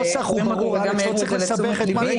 צריך לעשות הבחנה כי משחקים אולימפיים,